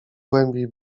głębiej